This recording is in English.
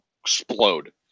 explode